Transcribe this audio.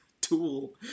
tool